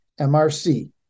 MRC